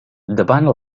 davant